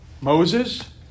Moses